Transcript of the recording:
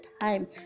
time